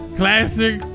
classic